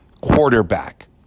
quarterback